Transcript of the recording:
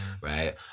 right